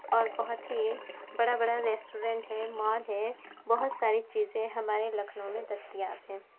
اور بہت ہی بڑا بڑا ریسٹورینٹ ہے مال ہے بہت ساری چیزیں ہمارے لکھنؤ میں دستیاب ہیں